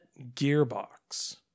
gearbox